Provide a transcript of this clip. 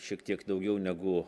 šiek tiek daugiau negu